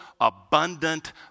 abundant